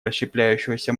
расщепляющегося